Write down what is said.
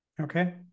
Okay